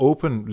Open